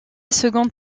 seconde